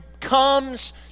comes